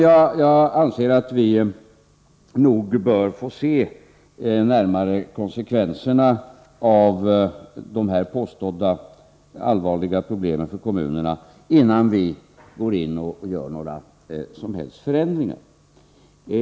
Jag anser att vi nog närmare bör få se konsekvenserna av de nu påstådda allvarliga problemen för kommunerna, innan vi vidtar några som helst förändringar.